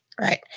Right